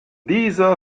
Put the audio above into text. dieser